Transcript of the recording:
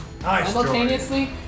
Simultaneously